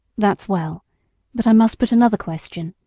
that's well but i must put another question.